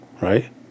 right